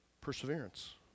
Perseverance